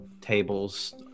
tables